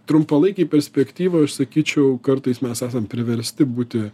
trumpalaikėj perspektyvoj aš sakyčiau kartais mes esam priversti būti